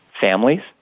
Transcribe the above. families